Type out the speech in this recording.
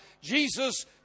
Jesus